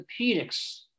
orthopedics